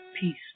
peace